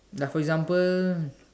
like for example